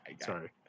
Sorry